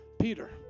Peter